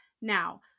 Now